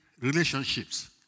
relationships